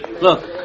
Look